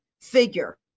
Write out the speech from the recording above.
figure